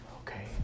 okay